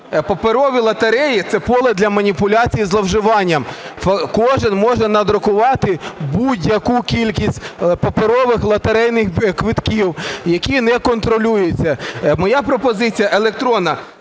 Паперові лотереї – це поле для маніпуляції зловживанням. Кожен може надрукувати будь-яку кількість паперових лотерейних квитків, які не контролюються. Моя пропозиція – електронна.